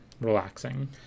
relaxing